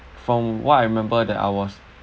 from what I remember that I was